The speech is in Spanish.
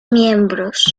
miembros